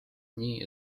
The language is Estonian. nii